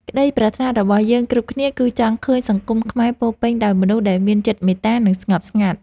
ក្តីប្រាថ្នារបស់យើងគ្រប់គ្នាគឺចង់ឃើញសង្គមខ្មែរពោរពេញដោយមនុស្សដែលមានចិត្តមេត្តា និង ស្ងប់ស្ងាត់។